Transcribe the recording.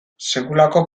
sekulako